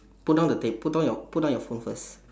put down the tab~ put down your put down your phone first